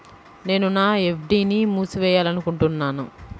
నేను నా ఎఫ్.డీ ని మూసివేయాలనుకుంటున్నాను